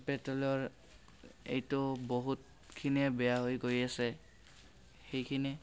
পেট্ৰ'লৰ এইটো বহুতখিনিয়েই বেয়া হৈ গৈ আছে সেইখিনিয়েই